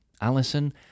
Alison